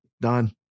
Done